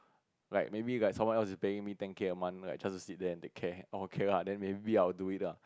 like maybe got someone else is paying me ten K a month like just to sit there and take care orh okay lah then maybe I will do it lah